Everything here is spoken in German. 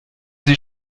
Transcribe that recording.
sie